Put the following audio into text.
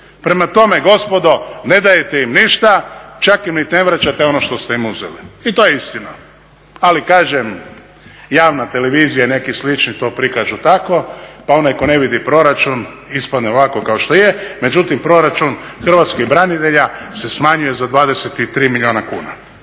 Prema tome gospodo ne dajete im ništa, čak im niti ne vraćate ono što ste im uzeli i to je istina. Ali kažem, javna televizija i neki slični to prikažu tako, pa onaj tko ne vidi proračun ispadne ovako kao što je. Međutim, proračun hrvatskih branitelja se smanjuje za 23 milijuna kuna.